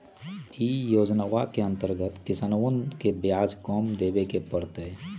ई योजनवा के अंतर्गत किसनवन के ब्याज कम देवे पड़ तय